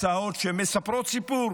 הצעות שמציעות סיפור,